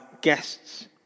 guests